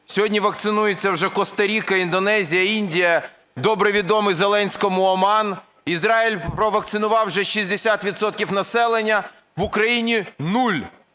Сьогодні вакцинується вже Коста-Ріка, Індонезія, Індія, добре відомий Зеленському, Оман. Ізраїль провакцинував вже 60 відсотків населення. В Україні – нуль,